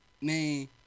man